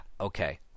okay